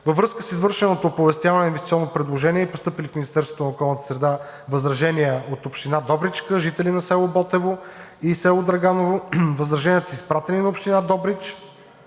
Във връзка с извършеното оповестяване на инвестиционно предложение и постъпили в Министерството на околната среда и водите възражения от Община Добричка, жители на село Ботево и село Драганово възраженията са изпратени на Община Добрич